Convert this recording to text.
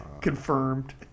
Confirmed